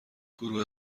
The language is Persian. گروه